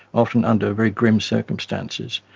often under very grim circumstances,